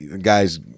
guys